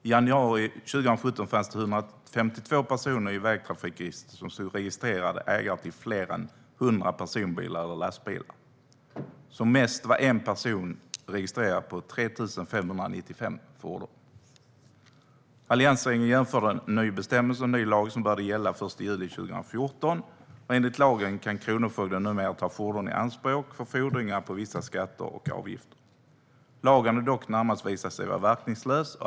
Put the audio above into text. I januari 2017 fanns det 152 personer i vägtrafikregistret som stod registrerade som ägare till fler än 100 personbilar eller lastbilar. Som mest var en person registrerad på 3 595 fordon. Alliansregeringen införde en ny bestämmelse och en ny lag som började gälla den 1 juli 2014. Enligt denna lag kan kronofogden numera ta fordon i anspråk för fordringar gällande vissa skatter och avgifter. Lagen har dock närmast visat sig vara verkningslös.